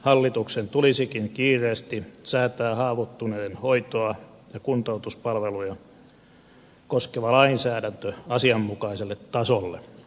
hallituksen tulisikin kiireesti säätää haavoittuneen hoitoa ja kuntoutuspalveluja koskeva lainsäädäntö asianmukaiselle tasolle